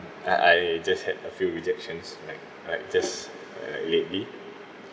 uh I just had a few rejections like like just uh like lately